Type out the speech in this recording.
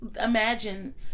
imagine